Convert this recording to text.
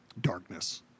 darkness